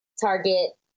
Target